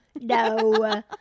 no